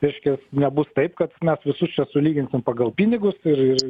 reiškias nebus taip kad mes visus čia sulyginsim pagal pinigus ir ir